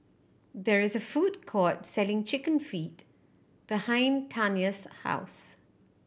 there is a food court selling Chicken Feet behind Tanya's house